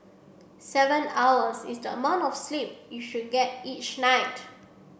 seven hours is the amount of sleep you should get each night